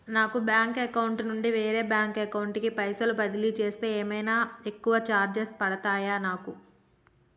నా bank account నుండి వేరే బ్యాంక్ అకౌంట్ కి పైసల్ బదిలీ చేస్తే ఏమైనా ఎక్కువ చార్జెస్ పడ్తయా నాకు?